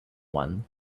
one